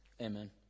Amen